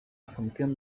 función